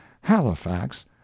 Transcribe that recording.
Halifax